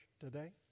today